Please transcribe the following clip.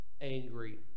angry